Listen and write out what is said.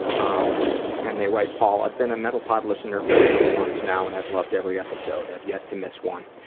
um and they write, paul, i've been a mental pod listener for eighteen months now and i've loved every episode. i have yet to miss one,